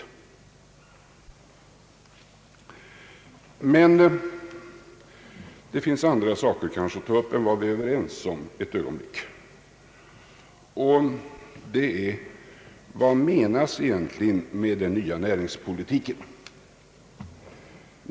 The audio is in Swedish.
Men det finns andra saker än dem vi är överens om, som kanske kan vara värda att ta upp för ett ögonblick, t.ex. frågan: Vad menas egentligen med den nya näringspolitiken ?